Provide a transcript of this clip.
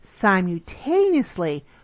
simultaneously